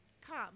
Come